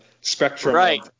spectrum